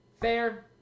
fair